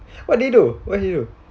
what do you do what do you do